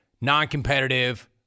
Non-competitive